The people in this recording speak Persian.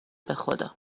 بخدا